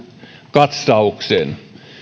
katsauksen tämä on